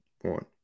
one